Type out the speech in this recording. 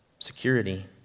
security